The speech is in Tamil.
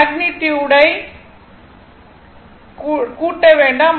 மேக்னிட்யுடை கூட்ட வேண்டாம்